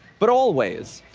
but always.